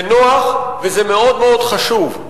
זה נוח וזה מאוד חשוב.